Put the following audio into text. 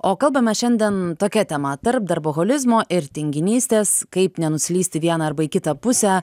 o kalbam mes šiandien tokia tema tarp darboholizmo ir tinginystės kaip nenuslysti į vieną arba į kitą pusę